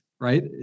right